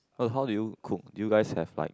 oh how do you cook you guys have like